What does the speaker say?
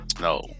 No